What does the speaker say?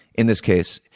in this case,